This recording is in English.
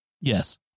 Yes